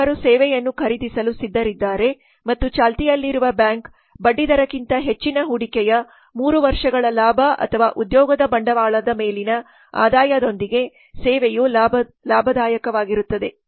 ಗ್ರಾಹಕರು ಸೇವೆಯನ್ನು ಖರೀದಿಸಲು ಸಿದ್ಧರಿದ್ದಾರೆ ಮತ್ತು ಚಾಲ್ತಿಯಲ್ಲಿರುವ ಬ್ಯಾಂಕ್ ಬಡ್ಡಿದರಕ್ಕಿಂತ ಹೆಚ್ಚಿನ ಹೂಡಿಕೆಯ 3 ವರ್ಷಗಳ ಲಾಭ ಅಥವಾ ಉದ್ಯೋಗದ ಬಂಡವಾಳದ ಮೇಲಿನ ಆದಾಯದೊಂದಿಗೆ ಸೇವೆಯು ಲಾಭದಾಯಕವಾಗಿರುತ್ತದೆ